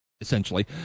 essentially